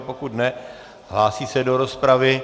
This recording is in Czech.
Pokud ne hlásí se do rozpravy.